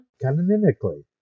canonically